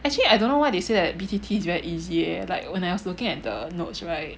actually I don't know why they say that B_T_T is very easy eh like when I was looking at the notes right